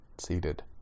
seated